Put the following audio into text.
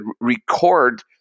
record